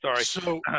Sorry